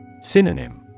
Synonym